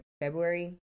february